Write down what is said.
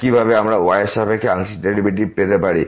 একইভাবে আমরা y এর সাপেক্ষে আংশিক ডেরিভেটিভ পেতে পারি